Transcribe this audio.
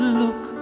look